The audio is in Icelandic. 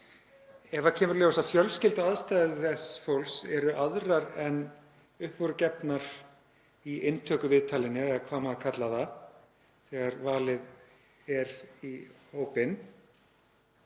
ef það kemur í ljós að fjölskylduaðstæður þess fólks eru aðrar en upp voru gefnar í inntökuviðtalinu, eða hvað maður kallar það þegar valið er í hópinn,